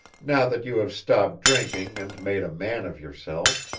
now that you have stopped drinking and made a man of yourself.